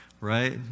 right